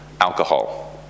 alcohol